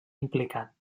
implicat